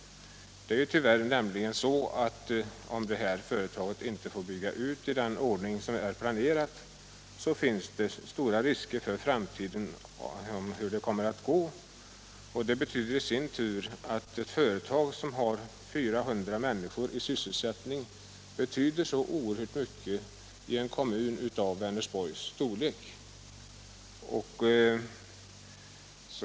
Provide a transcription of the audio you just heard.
Om detta företag inte får byggas ut i den ordning som är planerad, finns stora risker för framtiden. Man vet inte hur det då kommer att gå. Ett företag med 400 människor i sysselsättning betyder så mycket i en kommun av Vänersborgs storlek.